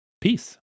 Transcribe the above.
Peace